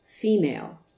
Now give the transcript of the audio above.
female